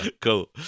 Cool